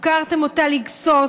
של הבריאות, הפקרתם אותה לגסוס.